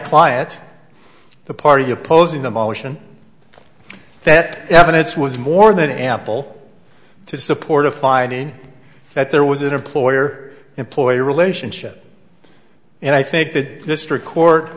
client the party opposing the motion that evidence was more than ample to support a finding that there was an employer employee relationship and i think that district court